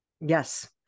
Yes